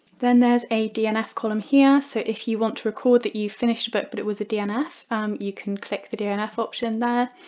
then there's a dnf column here so if you want to record that you've finished a book but it was a dnf you can click the dnf option there.